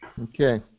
Okay